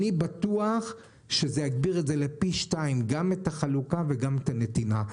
אני בטוח שזה יגביר פי שניים גם את החלוקה וגם את הנתינה.